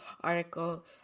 article